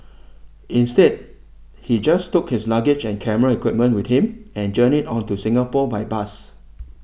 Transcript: instead he just took his luggage and camera equipment with him and journeyed on to Singapore by bus